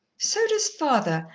so does father.